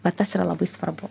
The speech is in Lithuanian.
va tas yra labai svarbu